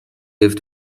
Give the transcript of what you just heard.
lift